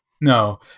No